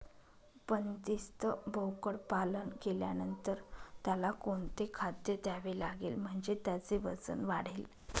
बंदिस्त बोकडपालन केल्यानंतर त्याला कोणते खाद्य द्यावे लागेल म्हणजे त्याचे वजन वाढेल?